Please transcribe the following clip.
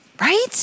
Right